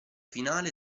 finale